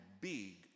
big